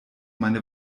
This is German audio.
meine